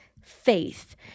faith